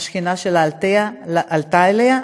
השכנה שלה עלתה אליה,